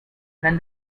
than